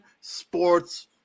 Sports